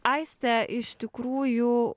aiste iš tikrųjų